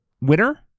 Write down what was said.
Winner